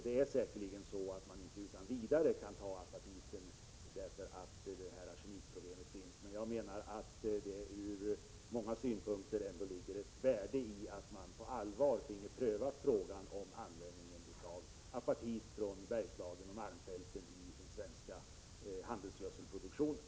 Det är säkerligen också så att man på grund av arsenikproblemet inte utan vidare kan använda apatiten. Men jag anser att det ur många synpunkter vore värdefullt om man på fullt allvar finge pröva frågan om användning av apatit från Bergslagen och malmfälten i den svenska handelsgödselproduktionen.